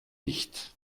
nicht